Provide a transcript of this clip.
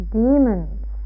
demons